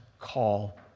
call